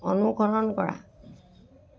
অনুসৰণ কৰা